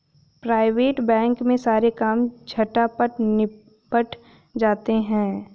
private bank में सारे काम झटपट निबट जाते हैं